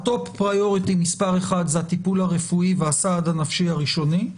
הטופ פריוריטי מספר 1 זה הטיפול הרפואי והסעד הנפשי הראשוני.